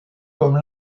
comme